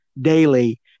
daily